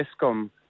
ESCOM